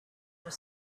were